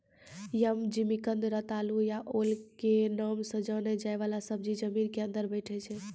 यम, जिमिकंद, रतालू या ओल के नाम सॅ जाने जाय वाला सब्जी जमीन के अंदर बैठै छै